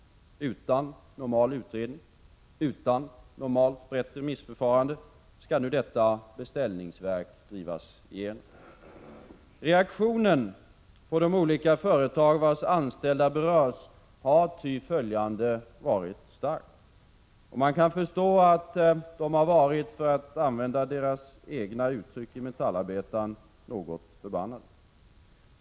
Utan normal utredning och utan ett normalt, brett remissförfarande skall nu detta socialistiska beställningsverk drivas igenom. Reaktionen på de olika företag vars anställda berörs har ty följande varit stark. Man kan gott förstå att de blev — för att använda Metallarbetarens eget uttryck — förbannade.